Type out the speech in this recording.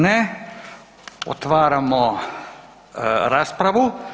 Ne, otvaramo raspravu.